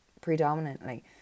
predominantly